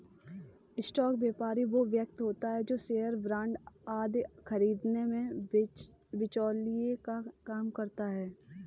stock व्यापारी वो व्यक्ति होता है जो शेयर बांड आदि खरीदने में बिचौलिए का काम करता है